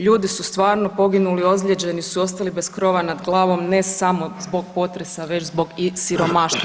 Ljudi su stvarno poginuli, ozlijeđeni su ostali bez krova nad glavom ne samo zbog potresa već i zbog siromaštva.